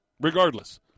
Regardless